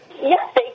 Yes